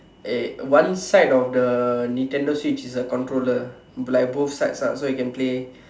eh one side of the Nintendo-Switch is a controller like both sides ah so you can play